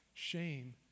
Shame